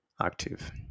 active